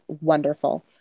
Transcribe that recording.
wonderful